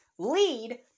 lead